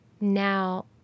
now